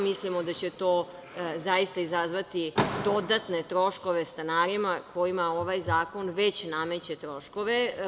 Mislimo da će to zaista izazvati dodatne troškove stanarima kojima ovaj zakon već nameće troškove.